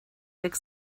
deg